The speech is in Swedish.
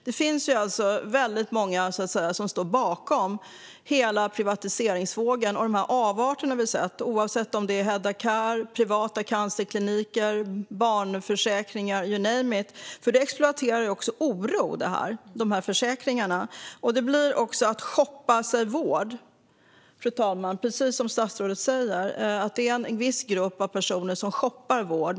Det finns alltså väldigt många som står bakom hela privatiseringsvågen och de avarter som vi har sett, till exempel Hedda Care, privata cancerkliniker, barnförsäkringar - you name it. Dessa försäkringar exploaterar ju också oro. Det blir också att shoppa vård, fru talman. Precis som statsrådet säger är det en viss grupp av personer som shoppar vård.